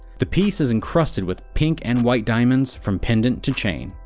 the piece is encrusted with pink and white diamonds, from pendant to chain.